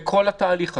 בכל התהליך הזה,